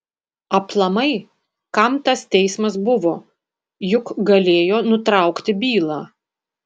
aplamai kam tas teismas buvo juk galėjo nutraukti bylą